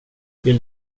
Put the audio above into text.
vill